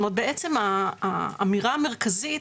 זאת אומרת, בעצם, האמירה המרכזית